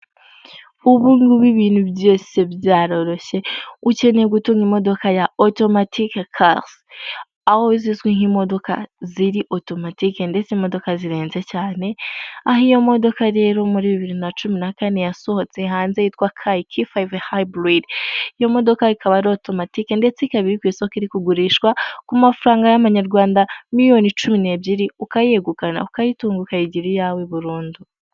Ubungubu ibintu byose byaroroshye!. ukeneye gutunga automatic cars. aho zizwi nk` imodoka ziri otomatike ndetse imodoka zirenze cyane. aho iyo modoka rero muri 2014 yasohotse hanze yitwa ki_q5 hybrid. iyo modoka ikaba ari otomatike ndetse ikaba iri kwisoko iri kugurishwa kumafaranga ya manyarwanda miliyon 12 ukayegukana ukayigira iyawe burundu!.